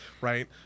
right